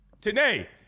Today